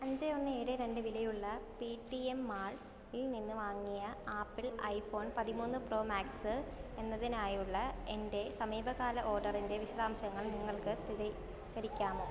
അഞ്ച് ഒന്ന് ഏഴ് രണ്ട് വിലയുള്ള പേടിഎം മാൾൽ നിന്ന് വാങ്ങിയ ആപ്പിൾ ഐഫോൺ പതിമൂന്ന് പ്രോ മാക്സ് എന്നതിനായുള്ള എൻ്റെ സമീപകാല ഓഡറിൻ്റെ വിശദാംശങ്ങൾ നിങ്ങൾക്ക് സ്ഥിതീകരിക്കാമോ